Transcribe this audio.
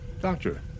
Doctor